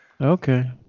Okay